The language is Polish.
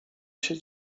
się